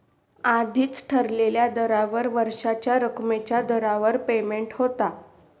आधीच ठरलेल्या दरावर वर्षाच्या रकमेच्या दरावर पेमेंट होता